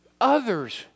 others